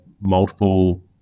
multiple